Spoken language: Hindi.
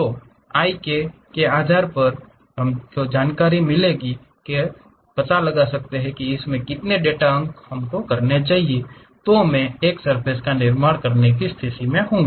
और Ik के आधार के बारे में जानकारी मिलने पर हम ये पता लगा शकते हैं की कितने डेटा अंक मैं करना चाहते हैं तो मैं एक सर्फ़ेस का निर्माण करने की स्थिति में होगा